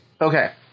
Okay